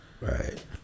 right